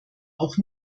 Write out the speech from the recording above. auch